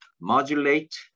modulate